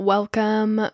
Welcome